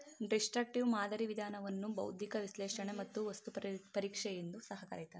destructive ಮಾದರಿ ವಿಧಾನವನ್ನು ಬೌದ್ಧಿಕ ವಿಶ್ಲೇಷಣೆ ಮತ್ತು ವಸ್ತು ಪರೀಕ್ಷೆ ಎಂದು ಸಹ ಕರಿತಾರೆ